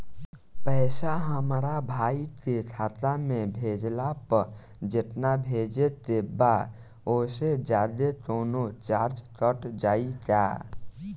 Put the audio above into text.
पैसा हमरा भाई के खाता मे भेजला पर जेतना भेजे के बा औसे जादे कौनोचार्ज कट जाई का?